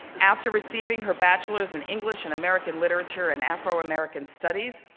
after receiving her bachelors in english and american literature in afro-american studies,